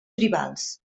tribals